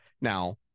now